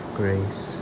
grace